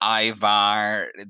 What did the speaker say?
Ivar